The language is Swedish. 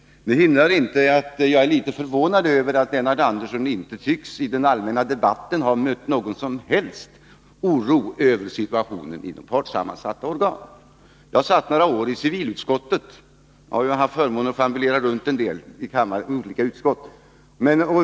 Det hindrar inte att jag är litet förvånad över att Lennart Andersson i den allmänna debatten inte tycks ha mött någon som helst oro över situationen i partssammansatta organ. Jag satt några år i civilutskottet. Jag har haft förmånen att få ambulera runt en del i olika utskott.